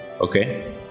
Okay